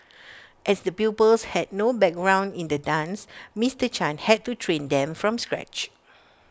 as the pupils had no background in the dance Mister chan had to train them from scratch